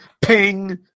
ping